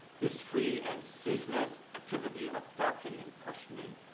this free and ceaseless activity of doubting and questioning,